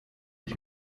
ich